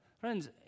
Friends